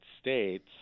States